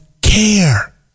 care